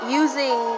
using